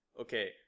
okay